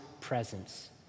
presence